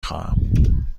خواهم